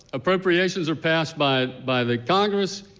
appropriations are passed by by the congress,